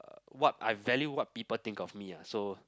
uh what I value what people think of me ah so